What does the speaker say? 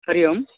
हरिः ओं